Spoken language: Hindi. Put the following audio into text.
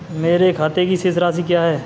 मेरे खाते की शेष राशि क्या है?